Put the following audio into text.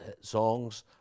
songs